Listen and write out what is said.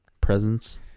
Presence